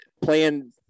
playing